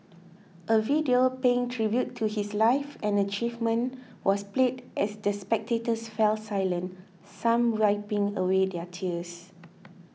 a video paying tribute to his life and achievements was played as the spectators fell silent some wiping away their tears